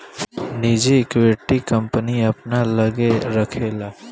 निजी equity, company अपना लग्गे राखेला